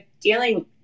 dealing